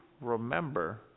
remember